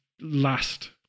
last